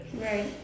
right